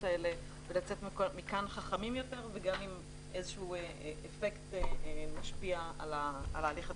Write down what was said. האלה ולצאת מכאן חכמים יותר וגם עם איזשהו אפקט משפיע על ההליך התכנוני.